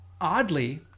oddly